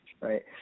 right